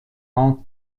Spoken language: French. ans